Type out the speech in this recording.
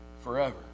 forever